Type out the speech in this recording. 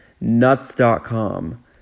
nuts.com